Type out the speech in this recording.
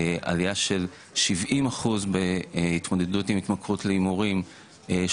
עלייה של 70 אחוז בהתמודדות להתמכרות להימורים,